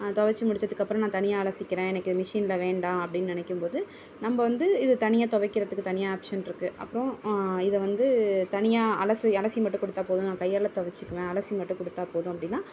தொவைச்சி முடித்ததுக்கப்றம் நான் தனியாக அலசிக்கிறேன் எனக்கு மிஷினில் வேண்டாம் அப்படின்னு நினைக்கும்போது நம்ம வந்து இதை தனியாக துவைக்கிறதுக்கு தனியாக ஆப்ஷனிருக்கு அப்புறம் இதை வந்து தனியாக அலசி அலசி மட்டும் கொடுத்தா போதும் நான் கையால் தொவைச்சிக்குவேன் அலசி மட்டும் கொடுத்தா போதும் அப்படின்னா